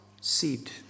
seed